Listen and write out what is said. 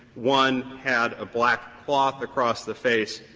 one had a black cloth across the face,